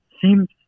seems